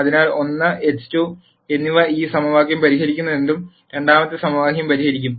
അതിനാൽ 1 x2 എന്നിവ ഈ സമവാക്യം പരിഹരിക്കുന്നതെന്തും രണ്ടാമത്തെ സമവാക്യവും പരിഹരിക്കും